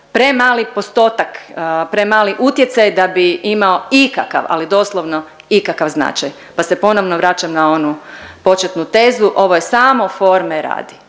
premali postotak, premali utjecaj da bi imao ikakav, ali doslovno ikakav značaj, pa se ponovno vraćam na onu početnu tezu ovo je samo forme radi